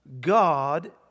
God